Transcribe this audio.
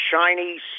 shiny